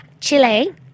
Chile